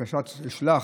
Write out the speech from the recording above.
פרשת שלח,